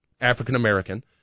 African-American